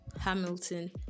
Hamilton